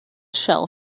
shell